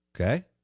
okay